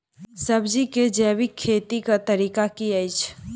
सब्जी केँ जैविक खेती कऽ तरीका की अछि?